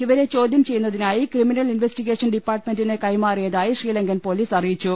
ഇവരെ ചോദ്യം ചെയ്യുന്നതിനായി criminal investigation ഡിപ്പാർട്ട്മെന്റിന് കൈമാറിയതായി ശ്രീലങ്കൻ പൊലീസ് അറിയിച്ചു